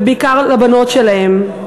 ובעיקר לבנות שלהם.